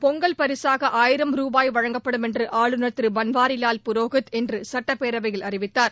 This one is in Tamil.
பொங்கல் பரிசாக ஆயிரம் ரூபாய் வழங்கப்படும் என்று ஆளுநர் திரு பன்வாரிலால் புரோஹித் இன்று சட்டப்பேரவையில் அறிவித்தார்